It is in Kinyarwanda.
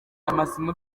amasomo